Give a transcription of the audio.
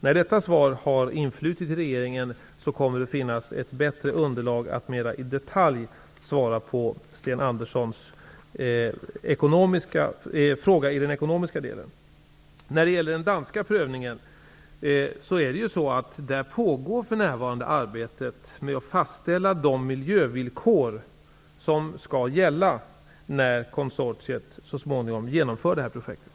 När detta svar har influtit till regeringen kommer det att finnas ett bättre underlag för att mera i detalj svara på Sten När det gäller den danska prövningen vill jag säga att arbetet där för närvarande pågår med att fastställa de miljövillkor som skall gälla när konsortiet så småningom genomför det här projektet.